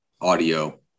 Audio